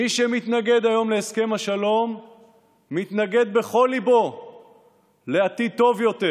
מי שמתנגד היום להסכם השלום מתנגד בכל ליבו לעתיד טוב יותר,